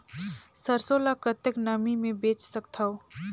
सरसो ल कतेक नमी मे बेच सकथव?